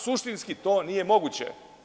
Suštinski, to nije moguće.